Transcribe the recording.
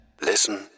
Listen